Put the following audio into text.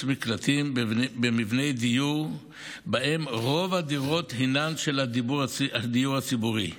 מקלטים במבני דיור שבהם רוב הדירות הן של הדיור הציבורי,